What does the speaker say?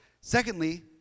Secondly